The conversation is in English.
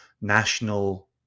national